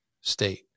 state